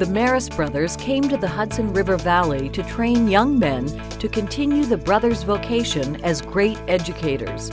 the merest brothers came to the hudson river valley to train young men to continue the brothers vocation as great educators